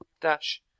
Dash